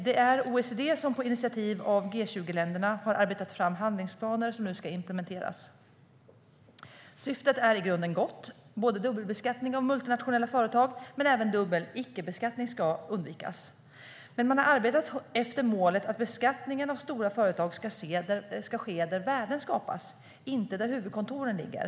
Det är OECD som på initiativ av G20-länderna har arbetat fram handlingsplaner som nu ska implementeras. Syftet är i grunden gott: Både dubbelbeskattning av multinationella företag och dubbel icke-beskattning ska undvikas. Men man har arbetat efter målet att beskattningen av stora företag ska ske där värden skapas, inte där huvudkontoren ligger.